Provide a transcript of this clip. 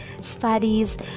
studies